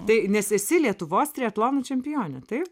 tai nes esi lietuvos triatlono čempionė taip